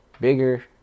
bigger